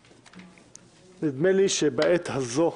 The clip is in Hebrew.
נדמה לי שבעת הזו,